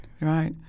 Right